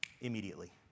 immediately